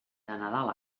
nadal